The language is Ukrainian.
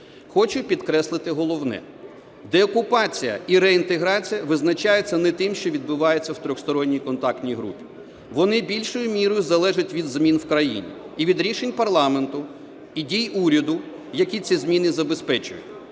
Хочу підкреслити головне, деокупація і реінтеграція визначається не тим, що відбувається в Тристоронній контактній групі, вони більшою мірою залежать від змін в країні і від рішень парламенту, і дій уряду, які ці зміни забезпечують.